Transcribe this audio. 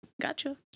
Gotcha